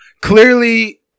clearly